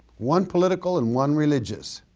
one political and one religious